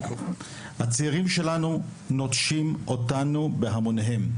הצעירים שלנו נוטשים אותנו בהמוניהם,